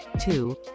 two